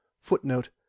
Footnote